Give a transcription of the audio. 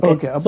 Okay